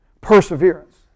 Perseverance